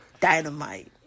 Dynamite